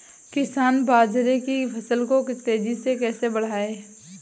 किसान बाजरे की फसल को तेजी से कैसे बढ़ाएँ?